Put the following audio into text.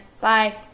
Bye